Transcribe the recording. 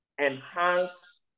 enhance